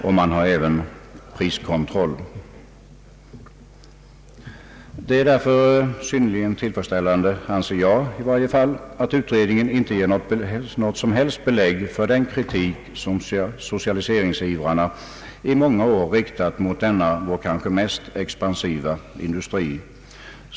Dessutom tillämpas priskontroll. Det är därför synnerligen tillfredsställande, anser jag i varje fall, att utredningen inte ger något som helst belägg för den kritik som socialiseringsivrarna i många år riktat mot denna vår kanske mest expansiva industri.